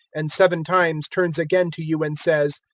and seven times turns again to you and says,